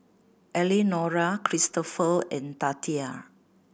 Elenora Kristopher and Tatia